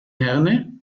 herne